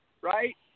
right